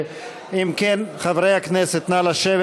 אם כן, חברי הכנסת, נא לשבת.